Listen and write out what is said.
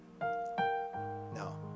No